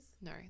No